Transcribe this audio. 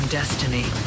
destiny